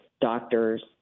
doctors